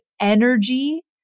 energy